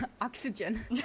oxygen